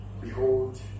Behold